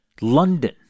London